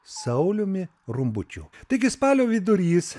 sauliumi rumbučiu taigi spalio vidurys